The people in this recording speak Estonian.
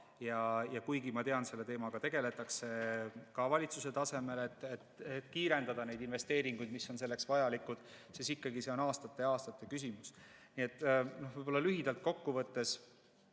saa. Kuigi, ma tean, selle teemaga tegeldakse ka valitsuse tasemel, et kiirendada neid investeeringuid, mis on selleks vajalikud, on see ikkagi aastate ja aastate küsimus. Lühidalt kokkuvõtteks.